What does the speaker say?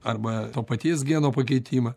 arba to paties geno pakeitimą